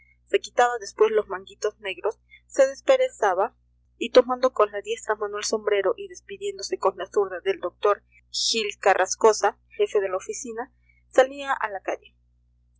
se quitaba después los manguitos negros se desperezaba y tomando con la diestra mano el sombrero y despidiéndose con la zurda de d gil carrascosa jefe de la oficina salía a la calle